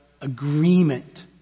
agreement